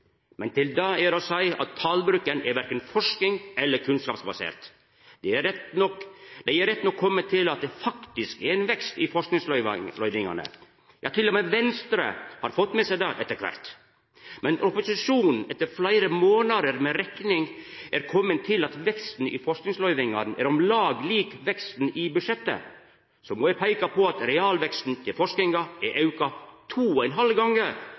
Men til det er det å seia at talbruken er verken forskings- eller kunnskapsbasert. Dei er rett nok komne til at det faktisk er ein vekst i forskingsløyvingane – ja, til og med Venstre har etter kvart fått med seg dette. Men når opposisjonen etter fleire månader med rekning er komen til at veksten i forskingsløyvingane er om lag lik med veksten i budsjettet, må eg peika på at realveksten til forskinga er auka 2,5 gonger